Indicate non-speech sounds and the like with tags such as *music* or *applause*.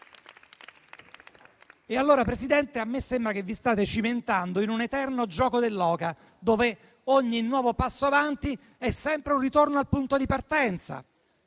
*applause* A me sembra che vi stiate cimentando in un eterno gioco dell'oca, dove ogni nuovo passo avanti è sempre un ritorno al punto di partenza,